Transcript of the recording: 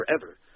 forever